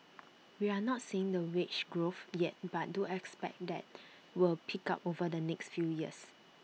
we're not seeing the wage growth yet but do expect that will pick up over the next few years